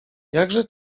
jakże